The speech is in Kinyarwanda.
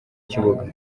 kibuga